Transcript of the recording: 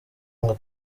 ngo